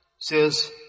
says